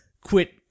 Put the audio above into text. quit